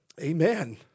Amen